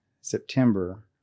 September